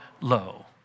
low